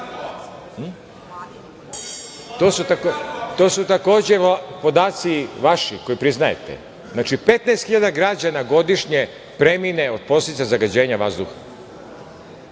To su takođe podaci vaši, koje priznajete. Znači, 15 hiljada građana godišnje premine od posledica zagađenja vazduha.